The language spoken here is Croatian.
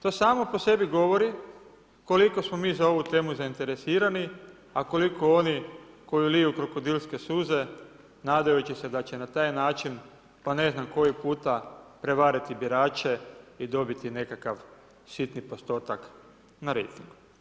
To samo po sebi govori koliko smo mi za ovu temu zainteresirani, a koliko oni koji liju krokodilske suze nadajući se da će na taj način po ne znam koji puta prevariti birače i dobiti nekakav sitni postotak na rejtingu.